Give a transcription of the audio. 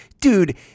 dude